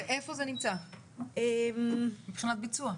ואיפה זה נמצא מבחינת ביצוע?